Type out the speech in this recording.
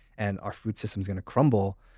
and our food system's going to crumble!